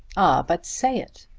ah, but say it.